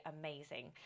amazing